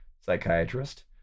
psychiatrist